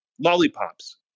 lollipops